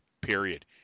period